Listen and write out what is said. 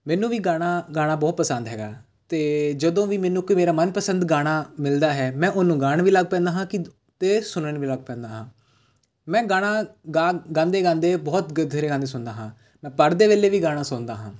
ਮੈਨੂੰ ਵੀ ਗਾਣਾ ਗਾਉਣਾ ਬਹੁਤ ਪਸੰਦ ਹੈਗਾ ਅਤੇ ਜਦੋਂ ਵੀ ਮੈਨੂੰ ਇੱਕ ਮੇਰਾ ਮਨ ਪਸੰਦ ਗਾਣਾ ਮਿਲਦਾ ਹੈ ਮੈਂ ਉਹਨੂੰ ਗਾਉਣ ਵੀ ਲੱਗ ਪੈਂਦਾ ਹਾਂ ਕਿ ਅਤੇ ਸੁਣਨ ਵੀ ਲੱਗ ਪੈਦਾ ਹਾਂ ਮੈਂ ਗਾਣਾ ਗਾ ਗਾਉਂਦੇ ਗਾਉਂਦੇ ਬਹੁਤ ਗਾਣੇ ਸੁਣਦਾ ਹਾਂ ਮੈਂ ਪੜ੍ਹ ਦੇ ਵੇਲੇ ਵੀ ਗਾਣਾ ਸੁਣਦਾ ਹਾਂ